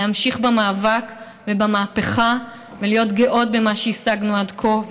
להמשיך במאבק ובמהפכה ולהיות גאות במה שהשגנו עד כה,